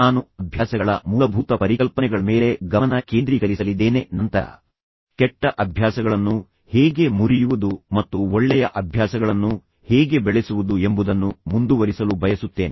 ನಾನು ಅಭ್ಯಾಸಗಳ ಮೂಲಭೂತ ಪರಿಕಲ್ಪನೆಗಳ ಮೇಲೆ ಗಮನ ಕೇಂದ್ರೀಕರಿಸಲಿದ್ದೇನೆ ಮತ್ತು ನಂತರ ಹೇಗೆ ನಿಲ್ಲಿಸುವುದು ಅಥವಾ ಕೆಟ್ಟ ಅಭ್ಯಾಸಗಳನ್ನು ಹೇಗೆ ಮುರಿಯುವುದು ಮತ್ತು ನಂತರ ಈಗ ಒಳ್ಳೆಯ ಅಭ್ಯಾಸಗಳನ್ನು ಹೇಗೆ ಬೆಳೆಸುವುದು ಎಂಬುದನ್ನು ಮುಂದುವರಿಸಲು ಬಯಸುತ್ತೇನೆ